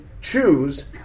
choose